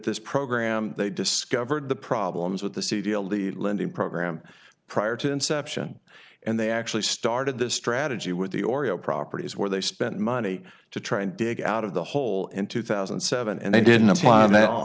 this program they discovered the problems with the c deal the lending program prior to inception and they actually started this strategy with the oreo properties where they spent money to try and dig out of the hole in two thousand and seven and they didn't apply and